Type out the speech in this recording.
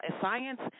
science